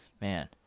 man